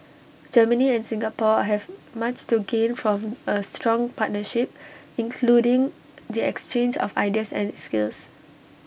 Germany and Singapore have much to gain from A strong partnership including the exchange of ideas and skills